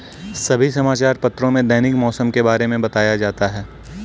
सभी समाचार पत्रों में दैनिक मौसम के बारे में बताया जाता है